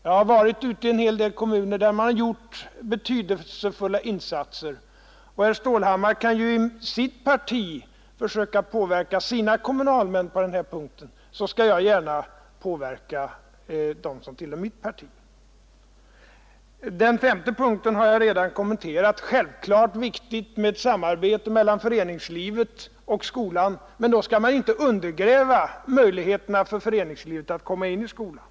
Jag har varit ute i en hel del kommuner där man har gjort betydelsefulla sådana insatser. Herr Stålhammar kan ju försöka påverka kommunalmän i sitt parti på den här punkten, så skall jag gärna påverka dem som tillhör mitt parti. Den femte punkten har jag redan kommenterat. Självfallet är det viktigt med ett samarbete mellan föreningslivet och skolan, men då skall man inte undergräva möjligheterna för föreningslivet att komma in i Nr 43 skolan.